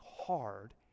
hard